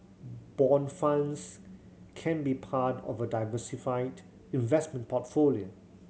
bond funds can be part of a diversified investment portfolio